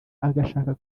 agashaka